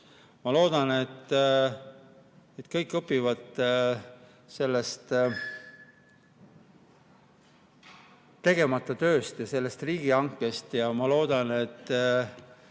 Ma loodan, et kõik õpivad sellest tegemata tööst ja sellest riigihankest, ja ma loodan, et